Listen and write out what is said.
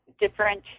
different